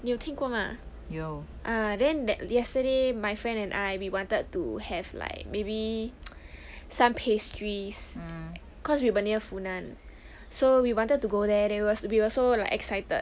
你有听过 mah ah then that yesterday my friend and I we wanted to have like maybe some pastries cause we were near funan so we wanted to go there w~ we were like so excited